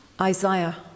Isaiah